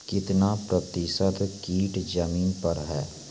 कितना प्रतिसत कीट जमीन पर हैं?